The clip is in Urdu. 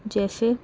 جیسے